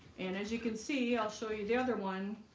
and as you can see i'll show you the other one,